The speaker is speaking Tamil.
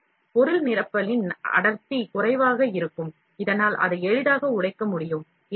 பொருள் நிரப்பலின் அடர்த்தி குறைவாக இருக்கும் இதனால் அதை எளிதாக உடைக்க முடியும்